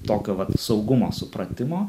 tokio vat saugumo supratimo